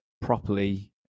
properly